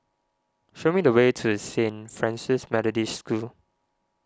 show me the way to Saint Francis Methodist School